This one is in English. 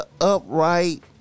upright